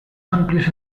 amplios